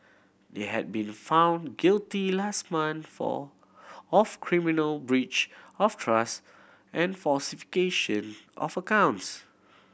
they had been found guilty last month for of criminal breach of trust and falsification of accounts